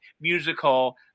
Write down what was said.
musical